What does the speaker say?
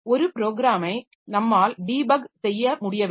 ஒரு ப்ரோகிராமை நம்மால் டீபக் செய்ய முடியவேண்டும்